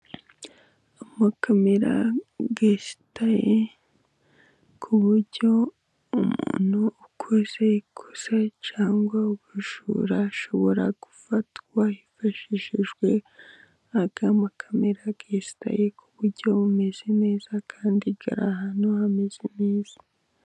Amakamera yesitaye ku buryo umuntu ukoze ikosa cyangwa umujura ashobora gufatwa hifashishijwe ayama kamera yesitaye ku buryo bumeze neza kandi ahantu hameze neza.